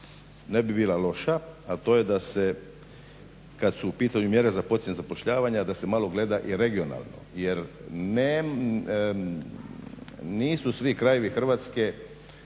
ne bi bila loša, a to je kada su u pitanju mjere za poticanje zapošljavanja da se malo gleda i regionalno jer nisu svi krajevi Hrvatske